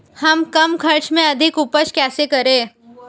हम कम खर्च में अधिक उपज कैसे करें?